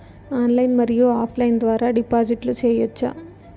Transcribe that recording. Online మరియు offline ద్వారా డిపాజిట్లు సేయొచ్చా?